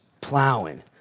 plowing